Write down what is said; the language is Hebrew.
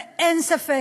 ואין ספק,